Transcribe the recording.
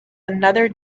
another